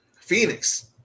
Phoenix